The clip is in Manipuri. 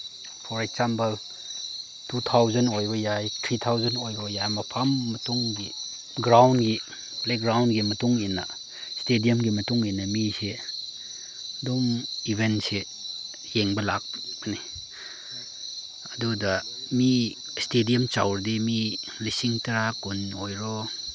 ꯐꯣꯔ ꯑꯦꯛꯖꯥꯝꯄꯜ ꯇꯨ ꯊꯥꯎꯖꯟ ꯑꯣꯏꯕ ꯌꯥꯏ ꯊ꯭ꯔꯤ ꯊꯥꯎꯖꯟ ꯑꯣꯏꯔꯣ ꯌꯥꯏ ꯃꯐꯝ ꯃꯇꯨꯡꯒꯤ ꯒ꯭ꯔꯥꯎꯟꯒꯤ ꯄ꯭ꯂꯦꯒ꯭ꯔꯥꯎꯟꯒꯤ ꯃꯇꯨꯡ ꯏꯟꯅ ꯏꯁꯇꯦꯗꯤꯌꯝꯒꯤ ꯃꯇꯨꯡꯏꯟꯅ ꯃꯤꯁꯦ ꯑꯗꯨꯝ ꯏꯚꯦꯟꯁꯦ ꯌꯦꯡꯕ ꯂꯥꯛꯀꯅꯤ ꯑꯗꯨꯗ ꯃꯤ ꯏꯁꯇꯦꯗꯤꯌꯝ ꯆꯥꯎꯔꯗꯤ ꯃꯤ ꯂꯤꯁꯤꯡ ꯇꯔꯥ ꯀꯨꯟ ꯑꯣꯏꯔꯣ